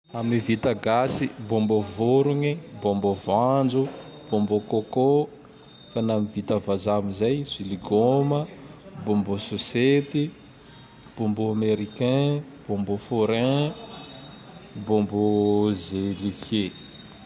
Ame vita gasy; bombô vorogne, bombô voanjo, bombô coco. Fa na vita vazaha amizay: siligôma, bombô sesety, bombô americain, bombô fôrin, bembô z- zelifie.